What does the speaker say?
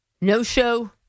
No-show